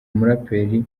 umuraperi